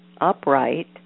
upright